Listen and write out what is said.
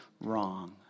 wrong